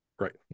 Right